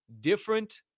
different